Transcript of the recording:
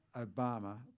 Obama